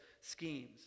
schemes